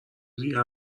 دیگه